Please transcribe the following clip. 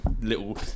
little